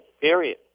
period